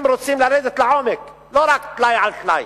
אם רוצים לרדת לעומק, לא רק טלאי על טלאי,